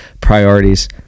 priorities